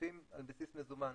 כספים על בסיס מזומן,